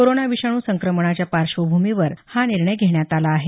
corona विषाणू संक्रमणाच्या पार्श्वभूमीवर हा निर्णय घेण्यात आला आहे